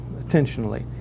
intentionally